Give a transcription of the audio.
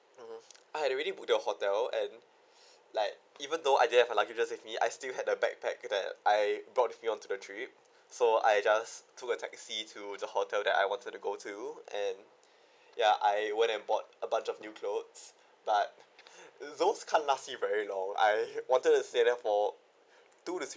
mmhmm I had already booked the hotel and like even though I didn't have my luggage with me I still had a backpack that I brought with me to the trip so I just took a taxi to the hotel that I wanted to go to and ya I went and bought a bunch of new cloths but those can't last me very long I wanted to stay there for two to three~